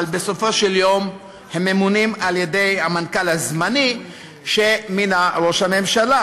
אבל בסופו של דבר הם ממונים על-ידי המנכ"ל הזמני שמינה ראש הממשלה,